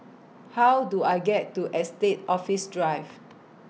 How Do I get to Estate Office Drive